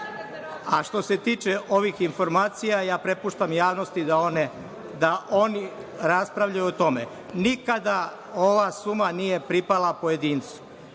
se tiče ovih informacija, prepuštam javnosti da oni raspravljaju o tome. Nikada ova suma nije pripala pojedincu.